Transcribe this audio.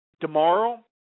tomorrow